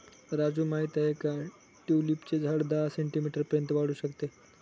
राजू माहित आहे की ट्यूलिपचे झाड दहा सेंटीमीटर पर्यंत वाढू शकते